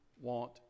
want